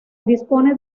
dispone